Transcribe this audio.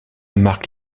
marque